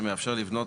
שמאפשר לבנות,